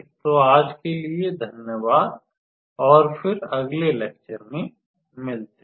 तो आज के लिए धन्यवाद और फिर अगले लेक्चर में मिलते हैं